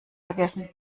vergessen